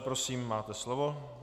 Prosím, máte slovo.